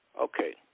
Okay